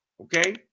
Okay